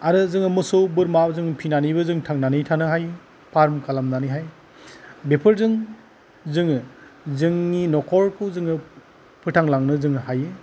आरो जोङो मोसौ बोरमा जों फिसिनानैबो जोङो थांनानै थानो हायो फार्म खालामनानैहाय बेफोरजों जोङो जोंनि नखरखौ जोङो फोथांलांनो जोङो हायो